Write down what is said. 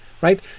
right